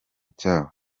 cyabo